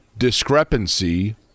discrepancy